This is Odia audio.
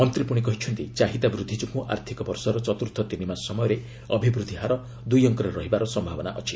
ମନ୍ତ୍ରୀ ପୁଣି କହିଛନ୍ତି ଚାହିଦା ବୃଦ୍ଧି ଯୋଗୁଁ ଆର୍ଥକ ବର୍ଷର ଚତୁର୍ଥ ତିନି ମାସ ସମୟରେ ଅଭିବୃଦ୍ଧି ହାର ଦୁଇ ଅଙ୍କରେ ରହିବାର ସମ୍ଭାବନା ଅଛି